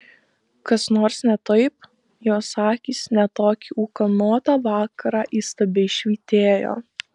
kas nors ne taip jos akys net tokį ūkanotą vakarą įstabiai švytėjo